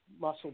muscle